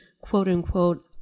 quote-unquote